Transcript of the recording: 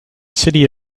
city